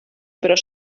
però